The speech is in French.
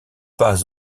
pas